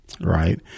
right